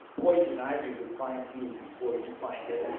poison ivy would find you before you'd find it